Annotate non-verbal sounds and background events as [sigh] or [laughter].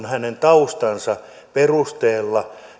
[unintelligible] hänen taustansa perusteella